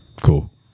Cool